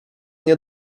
nie